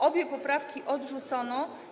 Obie poprawki odrzucono.